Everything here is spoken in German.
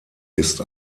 ist